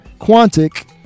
Quantic